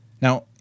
Now